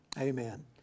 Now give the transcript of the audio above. Amen